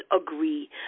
agree